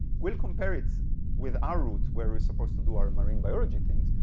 we'll compare it with our route where we're supposed to do our and marine biology things.